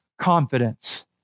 confidence